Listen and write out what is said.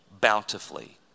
bountifully